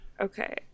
Okay